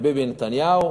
וביבי נתניהו,